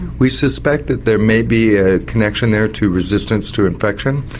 we suspect that there may be a connection there to resistance to infection.